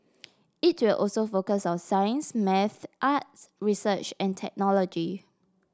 it will also focus on science maths arts research and technology